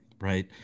right